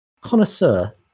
connoisseur